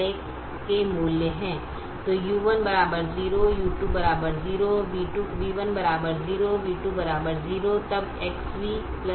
तो u1 0 u2 0 v1 0 v2 0 तब XV YU 0 है